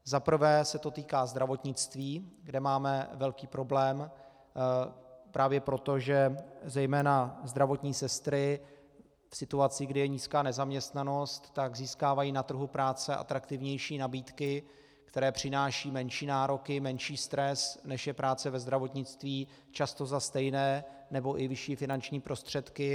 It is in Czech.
Za prvé se to týká zdravotnictví, kde máme velký problém právě proto, že zejména zdravotní sestry v situaci, kdy je nízká nezaměstnanost, získávají na trhu práce atraktivnější nabídky, které přináší menší nároky, menší stres, než je práce ve zdravotnictví, často za stejné nebo i vyšší finanční prostředky.